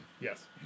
Yes